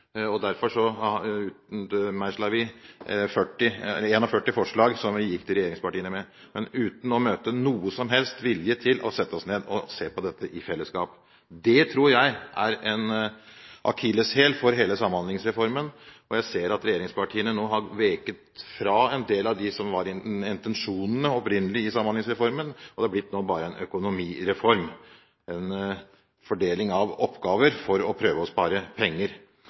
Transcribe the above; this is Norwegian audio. og utmeislet 41 forslag som vi gikk til regjeringspartiene med, uten å møte noen som helst vilje til å sette seg ned og se på dette i fellesskap. Det tror jeg er en akilleshæl for hele Samhandlingsreformen, og jeg ser at regjeringspartiene nå har veket fra en del av det som var intensjonene opprinnelig i Samhandlingsreformen. Det har nå blitt bare en økonomireform, en fordeling av oppgaver for å prøve å spare penger.